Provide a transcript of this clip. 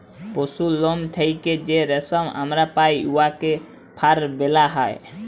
পশুর লম থ্যাইকে যে রেশম আমরা পাই উয়াকে ফার ব্যলা হ্যয়